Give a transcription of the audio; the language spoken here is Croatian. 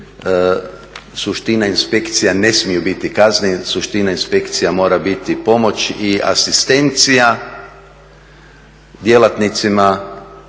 suštine inspekcija ne smiju biti kazne, suština inspekcija mora biti pomoć i asistencija djelatnicima,